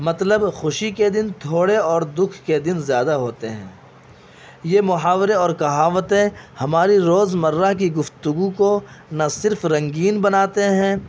مطلب خوشی کے تھوڑے اور دکھ کے دن زیادہ ہوتے ہیں یہ محاورے اور کہاوتیں ہماری روزمرہ کی گفتگو کو نہ صرف رنگین بناتے ہیں